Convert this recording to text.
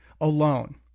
alone